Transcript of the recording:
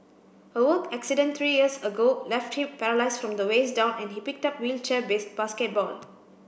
a work accident three years ago left him paralysed from the waist down and he picked up wheelchair base basketball